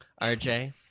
RJ